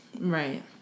Right